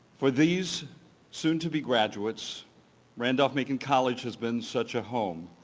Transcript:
for these soon to be graduates randolph-macon college has been such a home.